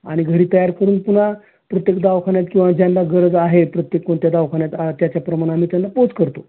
आणि घरी तयार करून पुन्हा प्रत्येक दवाखान्यात किंवा ज्यांना गरज आहे प्रत्येक कोणत्या दवाखान्यात त्याच्याप्रमाणे आम्ही त्यांना पोच करतो